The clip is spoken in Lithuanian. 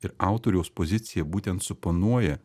ir autoriaus pozicija būtent suponuoja